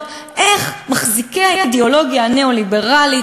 איך מחזיקי האידיאולוגיה הניאו-ליברלית,